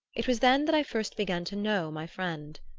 it was then that i first began to know my friend.